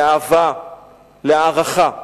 לאהבה ולהערכה.